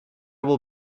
will